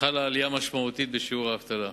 חלה עלייה משמעותית בשיעור האבטלה.